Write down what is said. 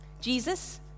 Jesus